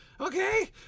Okay